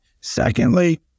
Secondly